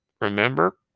remember